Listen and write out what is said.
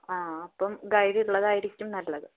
അ അപ്പം ഗൈഡ് ഉള്ളതായിരിക്കും നല്ലത്